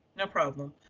no problem.